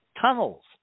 tunnels